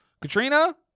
Katrina